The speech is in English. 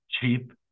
cheap